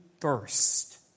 first